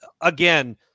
again